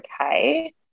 okay